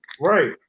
right